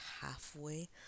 halfway